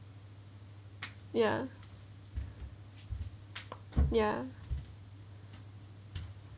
ya ya